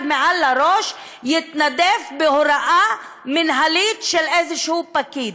מעל הראש יתנדף בהוראה מינהלית של איזשהו פקיד.